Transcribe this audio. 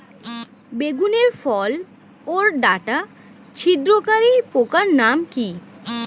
বেগুনের ফল ওর ডাটা ছিদ্রকারী পোকার নাম কি?